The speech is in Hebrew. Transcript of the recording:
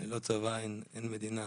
ללא צבא אין מדינה.